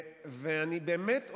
ואני באמת אומר,